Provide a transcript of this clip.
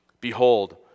Behold